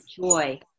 joy